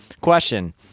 question